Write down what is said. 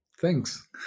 Thanks